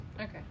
okay